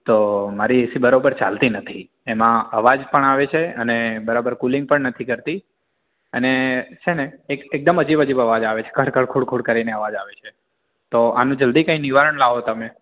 તો મારી એસી બરાબર ચાલતી નથી એમાં અવાજ પણ આવે છે અને બરાબર કુલિંગ પણ નથી કરતી અને છે ને એકદમ અજીબ અજીબ અવાજ આવે છે ઘડ ઘડ ખુડખુડ કરીને અવાજ આવે છે તો આનું જલ્દી નિવારણ લાવો તમે